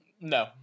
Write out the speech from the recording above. No